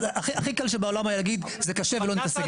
הכי קל שבעולם להגיד שזה קשה ולא נתעסק בזה.